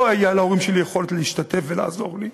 לא הייתה להורים שלי יכולת להשתתף ולעזור לי,